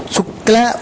Sukla